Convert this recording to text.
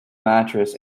mattress